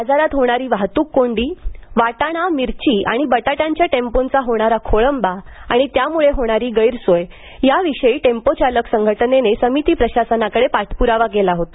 बाजारात होणारी वाहतूक कोंडी वाटाणा मिरची आणि बटाट्यांच्या टेम्पोंचा होणारा खोळंबा आणि त्यामुळे होणारी गैरसोय याविषयी टेम्पो चालक संघटनेने समिती प्रशासनाकडे पाठप्रावा केला होता